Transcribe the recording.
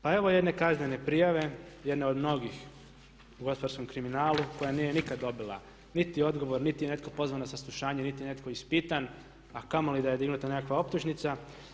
Pa evo jedne kaznene prijave, jedne od mnogih u gospodarskom kriminalu koja nije nikada dobila niti odgovor niti je netko pozvan na saslušanje, niti je netko ispitan a kamoli da je dignuta nekakva optužnica.